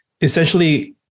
essentially